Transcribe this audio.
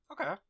Okay